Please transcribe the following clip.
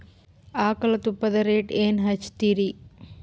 ಆಕಳ ತುಪ್ಪದ ರೇಟ್ ಏನ ಹಚ್ಚತೀರಿ?